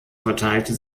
verteilte